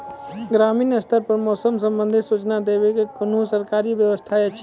ग्रामीण स्तर पर मौसम संबंधित सूचना देवाक कुनू सरकारी व्यवस्था ऐछि?